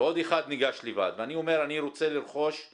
ועוד אחד ניגש לבד, ואני אומר, אני רוצה לרכוש את